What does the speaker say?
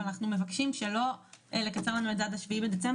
אבל אנחנו מבקשים לא לקצר לנו את זה עד 7 בדצמבר,